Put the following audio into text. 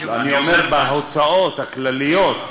אני אומר, בהוצאות הכלליות,